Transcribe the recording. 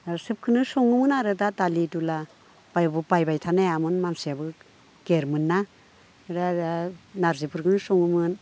सोबखोनो संगोन आरो दा दालि दुला बाय बाय थानो हायामोन मानसियाबो गेरमोनना दा नारजिफोरखोनो सङोमोन